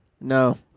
No